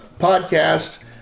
podcast